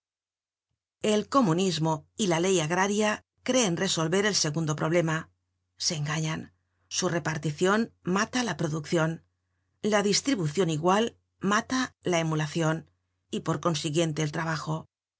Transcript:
el comunismo y la ley agraria creen resolver el segundo problema se engañan su reparticion mata la produccion la distribucion igual mata la emulacion y por consiguiente el trabajo